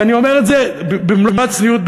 ואני אומר את זה במלוא הצניעות,